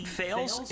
fails